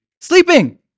Sleeping